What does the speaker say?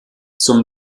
zum